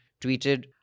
tweeted